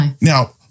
Now